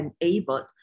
enabled